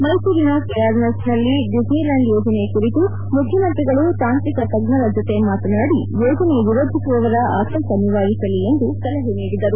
ಮೈಸೂರಿನ ಕೆಆರ್ಎಸ್ ನಲ್ಲಿ ಡಿಸ್ನಿಲ್ಟಾಂಡ್ ಯೋಜನೆ ಕುರಿತು ಮುಖ್ಯಮಂತ್ರಿಗಳು ತಾಂತ್ರಿಕ ತಜ್ಞರ ಜೊತೆ ಮಾತನಾಡಿ ಯೋಜನೆ ವಿರೋಧಿಸುವವರ ಆತಂಕ ನಿವಾರಿಸಲಿ ಎಂದು ಸಲಹೆ ನೀಡಿದರು